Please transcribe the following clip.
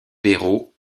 perrault